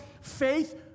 faith